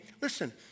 listen